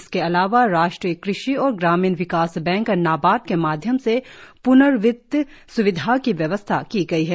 इसके अलावा राष्ट्रीय कृषि और ग्रामीण विकास बैंक नाबार्ड के माध्यम से प्नर्वित्त स्विधा की व्यवस्था की गई है